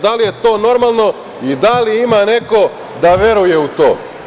Da li je to normalno i da li ima neko da veruje u to?